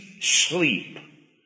sleep